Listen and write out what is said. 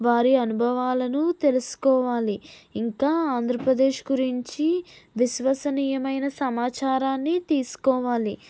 వారి అనుభవాలను తెలుసుకోవాలి ఇంకా ఆంధ్రప్రదేశ్ గురించి విశ్వసనీయమైన సమాచారాన్ని తీసుకోవాలి